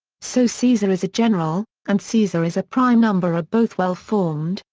so caesar is a general and caesar is a prime number are both well-formed,